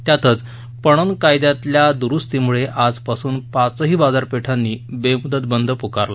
त्यातच पणन कायद्यातल्या दुरुस्तीमुळे आजपासून पाचही बाजारपेठांनी बेमुदत बंद पुकारला